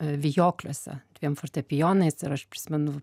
vijokliuose dviem fortepijonais ir aš prisimenu